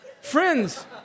Friends